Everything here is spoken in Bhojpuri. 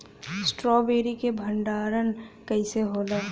स्ट्रॉबेरी के भंडारन कइसे होला?